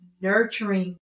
nurturing